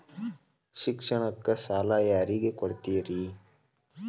ಶಿಕ್ಷಣಕ್ಕ ಸಾಲ ಯಾರಿಗೆ ಕೊಡ್ತೇರಿ?